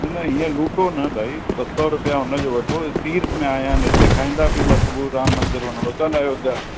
न हीअं लूटो न भाई ॿ सौ रुपिया हुन जो वठो तीर्थ में आया आहिनि हिते खाईंदा पीअंदा सुबूह जो राम मंदरु वञिणो अथनि अयोध्या